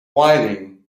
whinnying